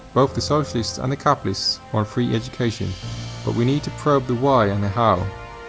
both the socialists and the capitalists want free education but we need to probe the why and the how.